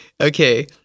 Okay